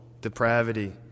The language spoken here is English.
depravity